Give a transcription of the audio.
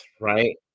right